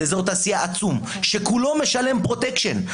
שזה אזור תעשייה עצום שכולו משלם פרוטקשן.